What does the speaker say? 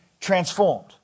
transformed